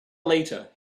later